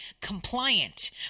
compliant